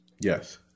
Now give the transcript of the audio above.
Yes